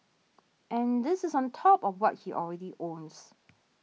and this is on top of what he already owns